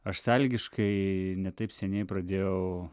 aš sąlygiškai ne taip seniai pradėjau